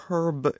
Herb